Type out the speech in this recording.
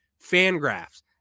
Fangraphs